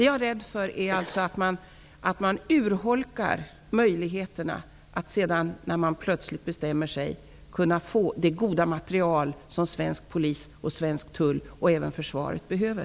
Jag är rädd för att man urholkar möjligheterna att, när man sedan plötsligt bestämmer sig, kunna få det goda material som svensk polis, svensk tull och även svenskt försvar behöver.